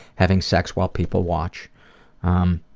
having sex while people watch. um